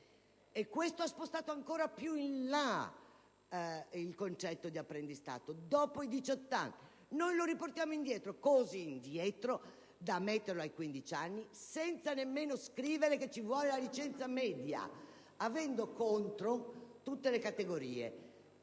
Ciò ha spostato ancora più in là il concetto di apprendistato, a dopo i 18 anni. Noi lo riportiamo così indietro da fissarlo a 15 anni, senza nemmeno scrivere che è necessaria la licenza media ed avendo contro tutte le categorie